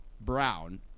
Brown